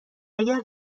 اگر